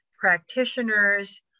practitioners